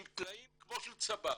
עם תנאים כמו של צב"ר,